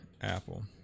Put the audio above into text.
Apple